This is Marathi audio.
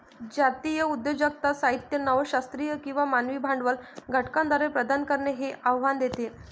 जातीय उद्योजकता साहित्य नव शास्त्रीय किंवा मानवी भांडवल घटकांद्वारे प्रदान करणे हे आव्हान देते